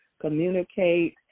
communicate